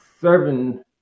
serving